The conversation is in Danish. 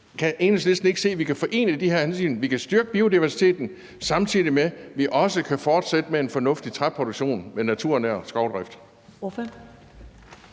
Så kan Enhedslisten ikke se, at vi kan forene de her hensyn, at vi kan styrke biodiversiteten, samtidig med at vi også kan fortsætte med at have en fornuftig træproduktion med naturnær skovdrift?